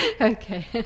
Okay